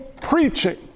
preaching